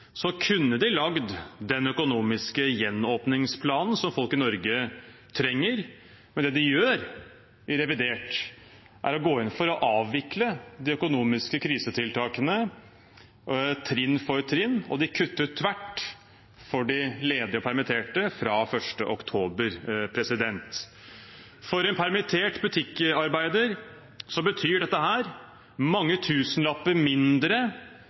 kunne de lagd den økonomiske gjenåpningsplanen som folk i Norge trenger, men det de gjør i revidert, er å gå inn for å avvikle de økonomiske krisetiltakene trinn for trinn, og de kutter tvert for de ledige og permitterte fra 1. oktober. For en permittert butikkarbeider betyr dette mange tusenlapper mindre